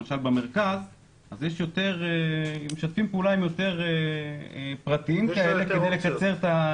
למשל במרכז משתפים פעולה עם יותר גורמים פרטיים כדי לקצר את התורים.